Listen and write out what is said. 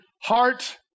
heart